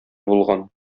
булган